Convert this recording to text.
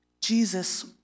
Jesus